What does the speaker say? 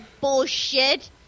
bullshit